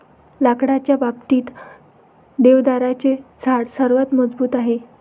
लाकडाच्या बाबतीत, देवदाराचे झाड सर्वात मजबूत आहे